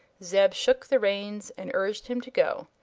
zeb shook the reins and urged him to go,